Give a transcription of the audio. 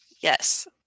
Yes